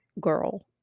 girl